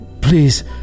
Please